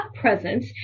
presence